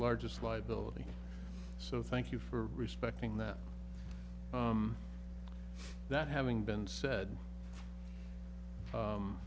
largest liability so thank you for respecting that that having been said